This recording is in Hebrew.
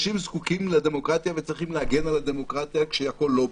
אנשים זקוקים לדמוקרטיה וצריכים להגן על הדמוקרטיה כשהכול לא בסדר.